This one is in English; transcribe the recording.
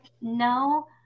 no